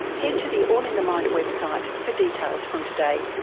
head to the all in the mind website for details from today,